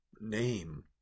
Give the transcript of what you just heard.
name